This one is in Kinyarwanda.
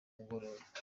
mugoroba